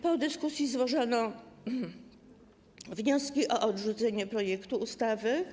Po dyskusji złożono wniosek o odrzucenie projektu ustawy.